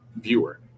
viewer